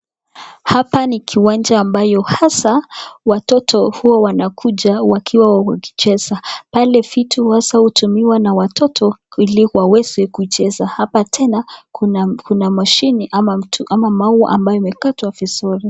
Hapa ni kiwanja ambapo hasa watoto huwa wanakuja kucheza. Pale vitu haswa hutumiwa na watoto ili waweze kucheza. Hapa tena kuna maua ambayo yamekatwa vizuri.